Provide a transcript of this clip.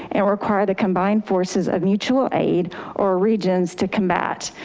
and require the combined forces of mutual aid or regions to combat.